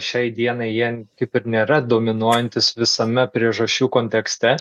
šiai dienai jien kaip ir nėra dominuojantys visame priežasčių kontekste